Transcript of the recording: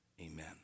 Amen